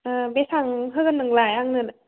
बेसेबां होगोन नोंलाय आंनो